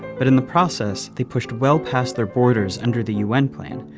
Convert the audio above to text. but in the process, they pushed well past their borders under the un plan,